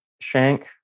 shank